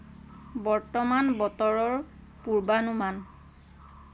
বৰ্তমান বতৰৰ পূৰ্বানুমান